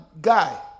guy